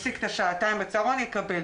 ואל מול זה ברשות המקומית יתוקצב שכר מלא.